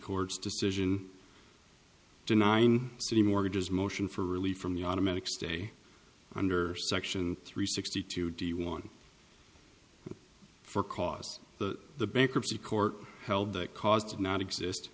court's decision to nine city mortgages motion for relief from the automatic stay under section three sixty two d one for cause that the bankruptcy court held that caused not exist